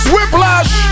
Whiplash